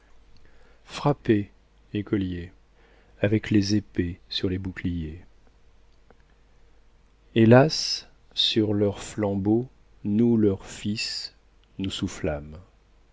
frappez écoliers avec les épées sur les boucliers hélas sur leur flambeau nous leurs fils nous